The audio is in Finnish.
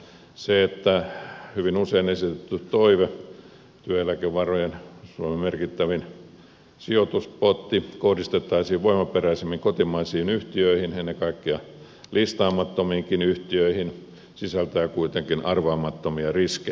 se hyvin usein esitetty toive työeläkevarojen suomen merkittävimmän sijoituspotin kohdistamisesta voimaperäisemmin kotimaisiin yhtiöihin ennen kaikkea listaamattomiinkin yhtiöihin sisältää kuitenkin arvaamattomia riskejä